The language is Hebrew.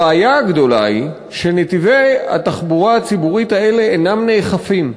הבעיה הגדולה היא שנתיבי התחבורה הציבורית האלה אינם נאכפים.